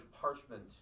parchment